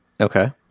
Okay